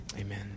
amen